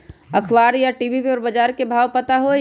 अखबार या टी.वी पर बजार के भाव पता होई?